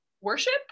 worship